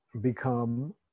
become